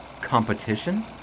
Competition